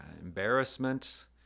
embarrassment